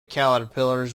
caterpillars